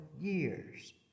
years